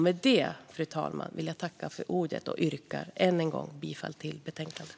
Med det, fru talman, yrkar jag än en gång bifall till förslaget i betänkandet.